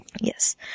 Yes